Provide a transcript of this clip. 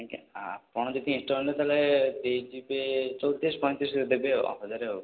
ଆଜ୍ଞା ଆପଣ ଯଦି ଇନଷ୍ଟଲମେଣ୍ଟ ତାହେଲେ ଦେଇଯିବେ ଚଉତିରିଶି ପଇଁତିରିଶି ଦେବେ ଆଉ ହଜାରେ ଆଉ